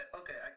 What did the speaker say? okay